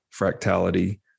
fractality